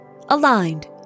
Aligned